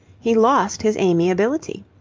he lost his amiability.